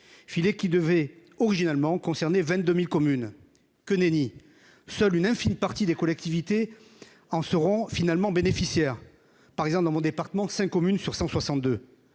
filet qui devait originalement concerné 22000 communes que nenni, seule une infime partie des collectivités en seront finalement bénéficiaire, par exemple, dans mon département, 5 communes sur 162